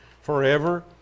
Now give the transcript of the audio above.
forever